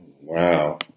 Wow